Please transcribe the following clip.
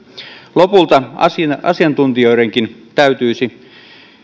lopulta asiantuntijoidenkin täytyisi